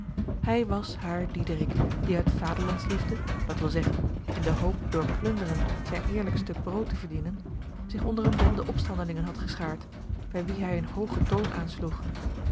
hij was haar diederik die uit vaderlandsliefde dat wil zeggen in de hoop door plunderen zijn eerlijk stuk brood te verdienen zich onder eene bende opstandelingen had geschaard bij wie hij een hoogen toon aansloeg